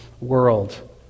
world